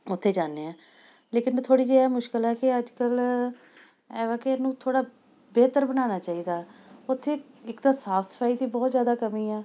ਉੱਥੇ ਜਾਂਦੇ ਹਾਂ ਲੇਕਿਨ ਥੋੜ੍ਹੀ ਜਿਹੀ ਇਹ ਮੁਸ਼ਕਿਲ ਆ ਕੀ ਅੱਜ ਕੱਲ੍ਹ ਏਵੇਂ ਕਿ ਇਹਨੂੰ ਥੋੜ੍ਹਾ ਬਿਹਤਰ ਬਣਾਉਣਾ ਚਾਹੀਦਾ ਉੱਥੇ ਇੱਕ ਤਾਂ ਸਾਫ਼ ਸਫ਼ਾਈ ਦੀ ਬਹੁਤ ਜ਼ਿਆਦਾ ਕਮੀ ਹੈ